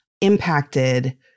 impacted